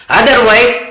otherwise